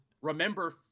Remember